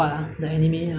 so what about you